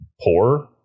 poor